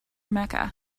mecca